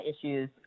issues